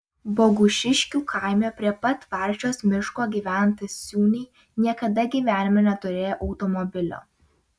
bogušiškių kaime prie pat varčios miško gyvenantys ciūniai niekada gyvenime neturėjo automobilio